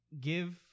give